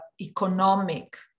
economic